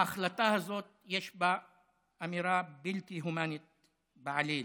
ההחלטה הזאת, יש בה אמירה בלתי הומנית בעליל.